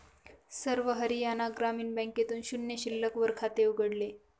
सर्व हरियाणा ग्रामीण बँकेत शून्य शिल्लक वर खाते उघडले